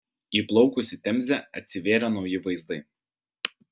įplaukus į temzę atsivėrė nauji vaizdai